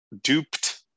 duped